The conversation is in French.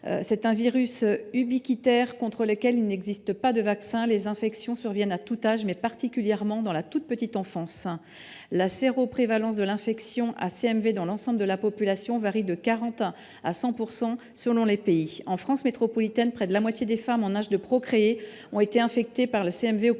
est un virus ubiquitaire contre lequel il n’existe pas de vaccin. Les infections surviennent à tout âge, mais particulièrement dans la toute petite enfance. La séroprévalence de l’infection à CMV dans l’ensemble de la population varie de 40 % à 100 % selon les pays. En France métropolitaine, près de la moitié des femmes en âge de procréer ont été infectées par le CMV. La moitié